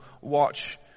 watch